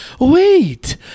Wait